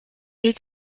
est